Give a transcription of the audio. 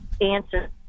answer